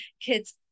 kids